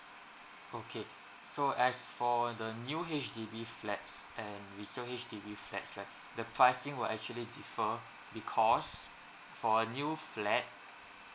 okay so as for the new H_D_B flats and recent H_D_B flats right the pricing will actually differ because for a new flat